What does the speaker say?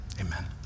Amen